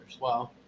Wow